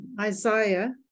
Isaiah